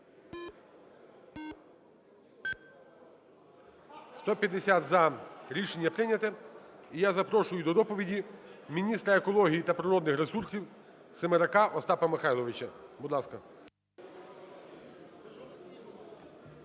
За-150 Рішення прийнято. І я запрошую до доповіді міністра екології та природних ресурсів Семерака Остапа Михайловича. Будь ласка.